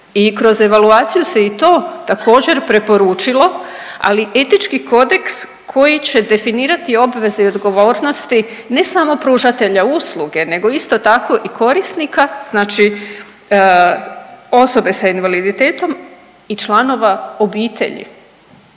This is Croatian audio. i kroz evaluaciju se i to također preporučilo, ali etički kodeks koji će definirati obveze i odgovornosti ne samo pružatelja usluge nego isto tako i korisnika znači osobe s invaliditetom i članova obitelji